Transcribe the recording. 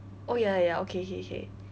oh ya ya ya okay K K